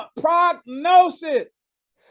prognosis